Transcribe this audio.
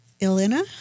Elena